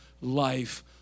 life